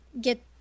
get